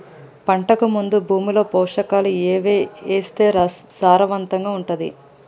పంటకు ముందు భూమిలో పోషకాలు ఏవి వేస్తే సారవంతంగా ఉంటది?